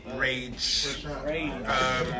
rage